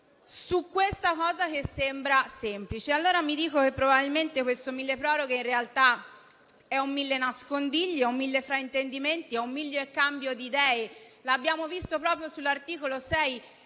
su questa cosa, che sembra semplice. Mi rispondo che probabilmente questo milleproroghe in realtà è un millenascondigli, un millefraintendimenti e un millecambidiidee. L'abbiamo visto proprio sull'articolo 6,